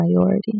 priority